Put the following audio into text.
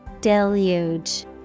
Deluge